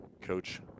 coach